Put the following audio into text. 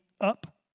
up